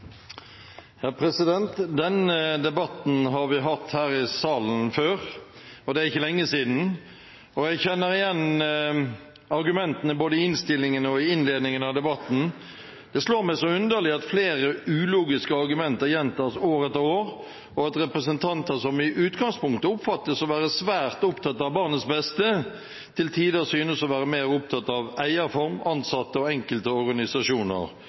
debatten har vi hatt her i salen før. Det er ikke lenge siden, og jeg kjenner igjen argumentene både i innstillingen og i innledningen av debatten. Det slår meg som underlig at flere ulogiske argumenter gjentas år etter år, og at representanter som i utgangspunktet oppfattes å være svært opptatt av barnets beste, til tider synes å være mer opptatt av eierform, ansatte og enkelte organisasjoner